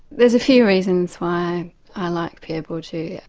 there's a few reasons why i like pierre bourdieu. yeah